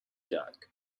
duck